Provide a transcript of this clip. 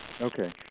Okay